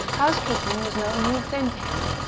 housekeeping was no new thing to him,